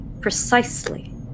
precisely